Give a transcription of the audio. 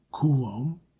Coulomb